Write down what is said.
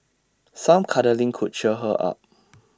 some cuddling could cheer her up